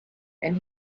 and